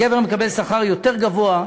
הגבר מקבל שכר יותר גבוה,